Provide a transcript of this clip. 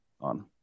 on